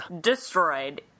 destroyed